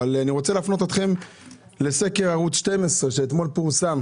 אבל אני רוצה להפנות אתכם לסקר של ערוץ 12 שפורסם אתמול,